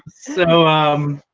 so um,